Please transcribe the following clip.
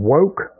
Woke